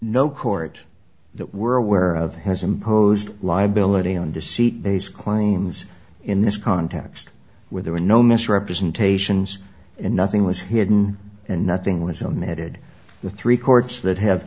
no court that we're aware of has imposed liability on the seat base claims in this context where there were no misrepresentations and nothing was hidden and nothing was omitted the three courts that have